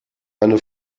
eine